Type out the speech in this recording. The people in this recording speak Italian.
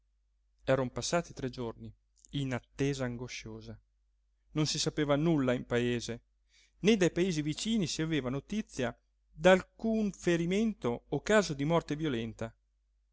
eran passati tre giorni in attesa angosciosa non si sapeva nulla in paese né dai paesi vicini si aveva notizia d'alcun ferimento o caso di morte violenta